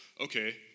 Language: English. Okay